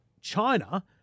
China